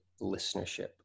listenership